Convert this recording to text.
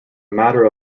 matter